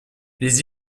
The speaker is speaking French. les